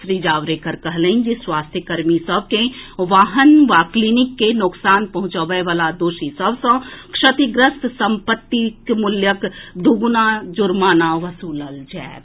श्री जावड़ेकर कहलनि जे स्वास्थ्य कर्मी सभ के वाहन या क्लीनिक के नोकसान पहुंचबए वला दोषी सभ सॅ क्षतिग्रस्त संपत्ति मूल्यक दुगुना जुर्माना वसूलल जाएत